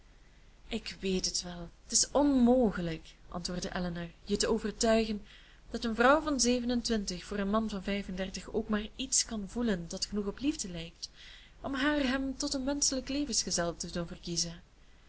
ik weet het wel t is onmogelijk antwoordde elinor je te overtuigen dat een vrouw van zeven en twintig voor een man van vijf en dertig ook maar iets kan voelen dat genoeg op liefde lijkt om haar hem tot een wenschelijk levensgezel te doen verkiezen